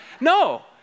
No